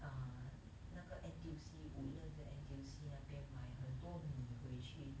err 那个 N_T_U_C woodlands 的 N_T_U_C 那边买很多米回去